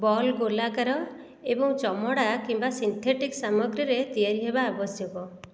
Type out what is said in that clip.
ball ଗୋଲାକାର ଏବଂ ଚମଡା କିମ୍ବା ସିନ୍ଥେଟିକ୍ ସାମଗ୍ରୀରେ ତିଆରି ହେବା ଆବଶ୍ୟକ